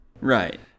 Right